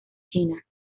china